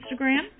Instagram